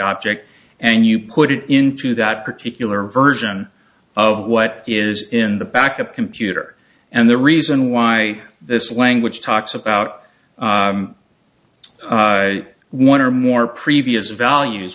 object and you put it into that particular version of what is in the back of the computer and the reason why this language talks about one or more previous values